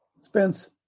Spence